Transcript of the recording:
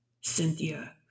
Cynthia